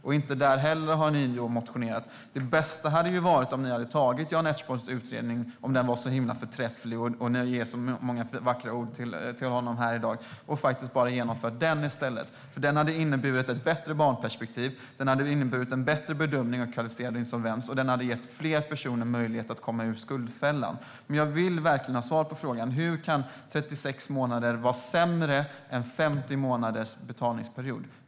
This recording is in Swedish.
Ni har inte motionerat där heller. Det bästa hade varit om ni hade tagit Jan Ertsborns utredning och bara genomfört den i stället, om den nu var så himla förträfflig och ni har så många vackra ord att ge honom här i dag. Den hade inneburit ett bättre barnperspektiv och en bättre bedömning av kvalificerad insolvens, och den hade gett fler personer möjlighet att komma ur skuldfällan. Jag vill verkligen ha svar på frågan: Hur kan 36 månaders betalningsperiod vara sämre än 50 månader?